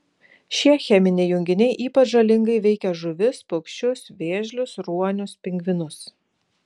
šie cheminiai junginiai ypač žalingai veikia žuvis paukščius vėžlius ruonius pingvinus